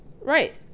Right